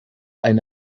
eine